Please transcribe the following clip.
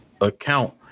account